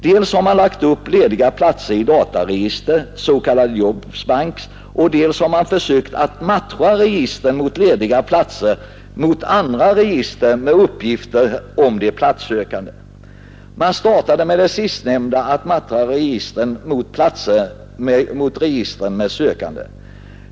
Dels har man lagt upp lediga platser i dataregister, s.k. Job Banks, och dels har man försökt att ”matcha” registren med lediga platser mot andra register med uppgifter om de platssökande. Man startade med det sistnämnda, att matcha registren med platser mot registren med sökande.